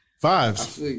fives